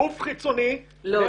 גוף חיצוני --- לא,